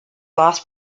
loss